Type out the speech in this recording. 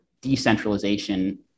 decentralization